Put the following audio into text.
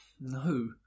no